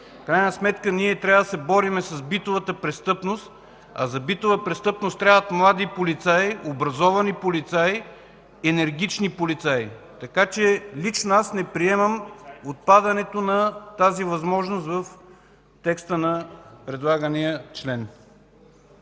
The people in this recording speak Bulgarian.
крайна сметка ние трябва да се борим с битовата престъпност, а за битова престъпност трябват млади, образовани, енергични полицаи. Лично аз не приемам отпадането на тази възможност в текста на предлагания член.